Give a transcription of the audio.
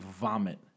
vomit